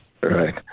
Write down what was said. Right